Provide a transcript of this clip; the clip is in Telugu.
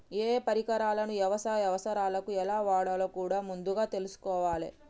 ఏయే పరికరాలను యవసాయ అవసరాలకు ఎలా వాడాలో కూడా ముందుగా తెల్సుకోవాలే